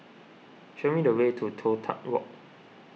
show me the way to Toh Tuck Walk